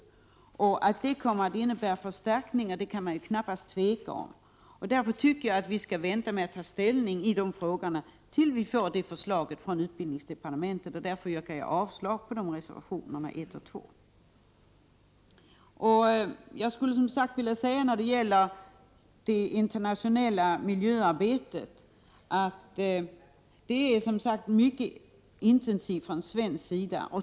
Att det förslaget kommer att syfta till förstärkningar behöver man knappast tvivla på. Därför tycker jag att vi skall vänta med att ta ställning i dessa frågor tills vi får detta förslag från utbildningsdepartementet, och jag yrkar avslag på reservationerna 1 och 2. Det internationella miljöarbetet bedrivs mycket intensivt från svensk sida.